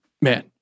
Man